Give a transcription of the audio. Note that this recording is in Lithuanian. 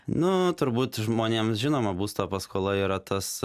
nu turbūt žmonėms žinoma būsto paskola yra tas